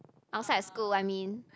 outside of school I mean